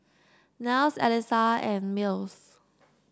Niles Elissa and Mills